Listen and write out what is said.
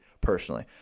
personally